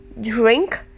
drink